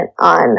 on